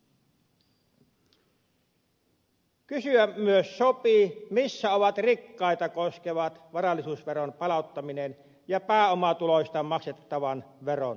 kysyä myös sopii missä ovat rikkaita koskevat varallisuusveron palauttaminen ja pääomatuloista maksettavan veron korotus